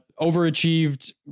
overachieved